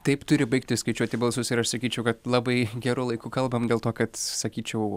taip turi baigti skaičiuoti balsus ir aš sakyčiau kad labai geru laiku kalbam dėl to kad sakyčiau